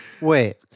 Wait